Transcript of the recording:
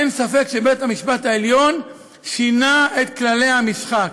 אין ספק שבית-המשפט העליון שינה את כללי המשחק.